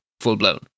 full-blown